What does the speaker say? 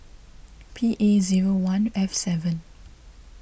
P A zero one F seven